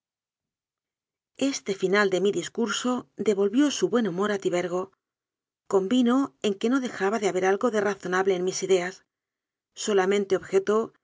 este final de mi discurso devolvió su buen hu mor a tibergo convino en que no dejqba de ha ber algo de razonable en mis ideas solamente